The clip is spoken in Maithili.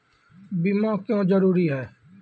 बीमा क्यों जरूरी हैं?